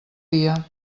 dia